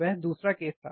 वह दूसरा केस था